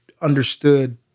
understood